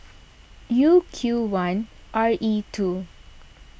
U Q one R E two